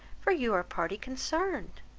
for you are a party concerned.